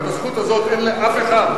את הזכות הזאת אין לאף אחד,